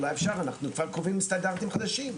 אנחנו כאן קובעים סטנדרטים חדשים.